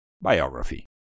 Biography